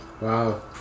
Wow